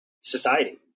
society